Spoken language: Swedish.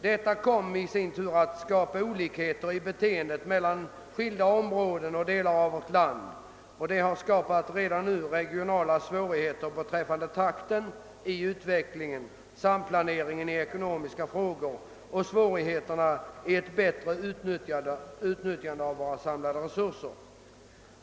Denna olikhet i beteendet mellan skilda områden och delar av vårt land har redan nu skapat regionala svårigheter beträffande samplaneringen i ekonomiska frågor och svårigheter att bättre utnyttja våra samlade resurser.